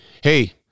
hey